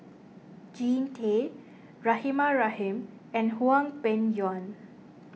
Jean Tay Rahimah Rahim and Hwang Peng Yuan